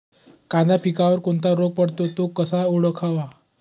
कांदा पिकावर कोणता रोग पडतो? तो कसा ओळखावा?